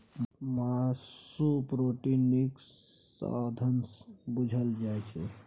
मासु प्रोटीनक नीक साधंश बुझल जाइ छै